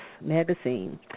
Magazine